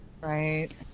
Right